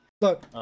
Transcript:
Look